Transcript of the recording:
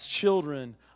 children